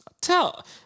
Tell